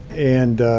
and